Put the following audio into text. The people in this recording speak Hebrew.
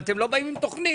אבל אתם לא באים עם תוכנית,